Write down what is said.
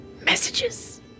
messages